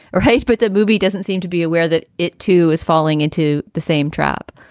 right. but the movie doesn't seem to be aware that it, too, is falling into the same trap.